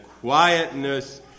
quietness